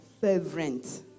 fervent